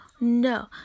no